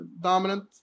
dominant